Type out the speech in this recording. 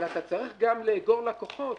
אבל אתה צריך גם לאגור לקוחות.